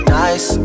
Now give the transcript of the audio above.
nice